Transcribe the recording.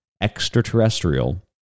extraterrestrial